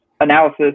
analysis